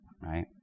right